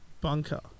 Bunker